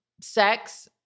sex